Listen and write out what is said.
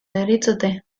deritzote